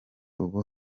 ubu